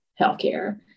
healthcare